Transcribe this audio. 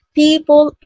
people